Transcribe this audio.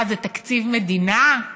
מה, זה תקציב מדינה?